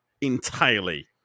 entirely